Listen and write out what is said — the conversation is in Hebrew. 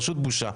פשוט בושה.